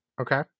Okay